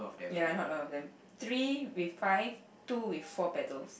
ya not a lot of them three with five two with four petals